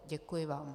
Děkuji vám.